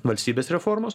valstybės reformos